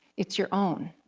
it's your own.